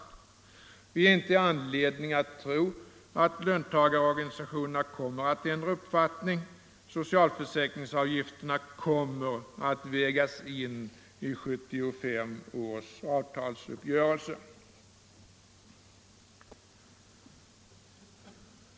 Det finns ingen anledning att tro att löntagarorganisationerna kommer att ändra uppfattning — socialförsäkringsavgifterna kommer att vägas in i 1975 års avtalsuppgörelse.